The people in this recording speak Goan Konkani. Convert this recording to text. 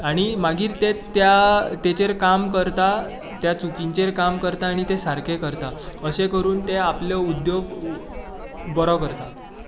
आनी मागीर ते त्या तेचेर काम करता त्या चुकींचेर काम करता आनी ते सारके करतात अशें करून ते आपले उद्द्योग बरो करतात